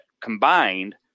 combined